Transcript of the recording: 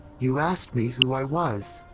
you asked me who i was.